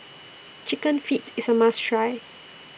Chicken Feet IS A must Try